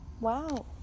wow